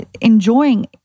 enjoying